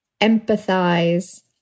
empathize